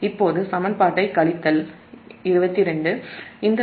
இது சமன்பாடு 23